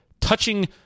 touching